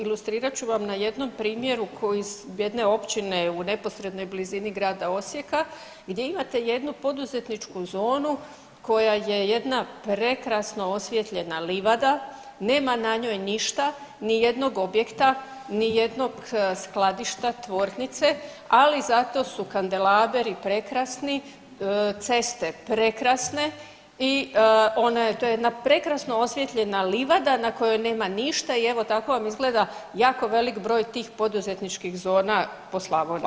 Ilustrirat ću vam na jednom primjeru jedne općine u neposrednoj blizini grada Osijeka gdje imate jednu poduzetničku zonu koja je jedna prekrasno osvjetljena livada, nema na njoj ništa, nijednog objekta, nijednog skladišta, tvornice, ali zato su kandelaberi prekrasni, ceste prekrasne i ona je, to je jedna prekrasno osvijetljena livada na kojoj nema ništa i evo tako vam izgleda jako velik broj tih poduzetničkih zona po Slavoniji.